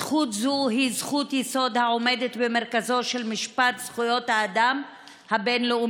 זכות זו היא זכות יסוד העומדת במרכזו של משפט זכויות האדם הבין-לאומי",